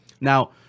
Now